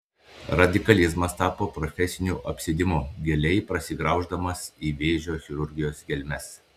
radikalizmas tapo profesiniu apsėdimu giliai prasigrauždamas į vėžio chirurgijos gelmes